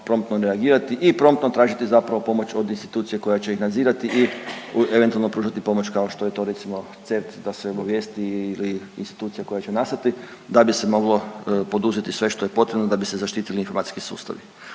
promptno reagirati i promptno tražiti zapravo pomoć od institucije koja će ih nadzirati i eventualno pružati pomoć kao što je to recimo CERT da se obavijesti ili institucija koja će nastati, da bi se moglo poduzeti sve što je potrebno da bi se zaštitili informacijski sustavi.